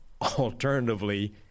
alternatively